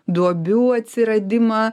duobių atsiradimą